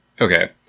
Okay